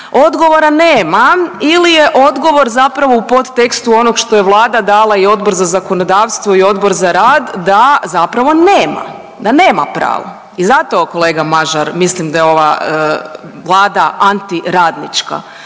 odgovora nema ili je odgovor zapravo u podtekstu onog što je Vlada dala i Odbor za zakonodavstvo i Odbor za rad da zapravo nema, da nema pravo i zato, kolega Mažar, mislim da je ova Vlada antiradnička.